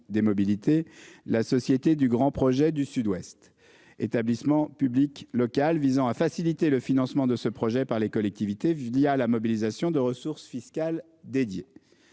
des mobilités. La société du grand projet du Sud-Ouest, établissement public local visant à faciliter le financement de ce projet par les collectivités via la mobilisation de ressources fiscales dédié.